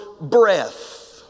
breath